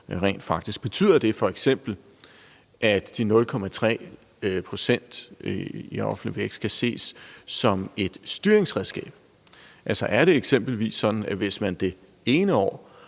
Betyder det f.eks., at de 0,3 pct. i offentlig vækst skal ses som et styringsredskab? Altså, er det eksempelvis sådan, at hvis man det ene år